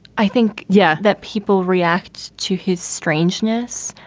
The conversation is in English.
i think, yeah that people react to his strangeness.